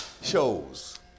shows